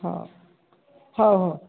ହଉ ହଉ ହଉ